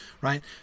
right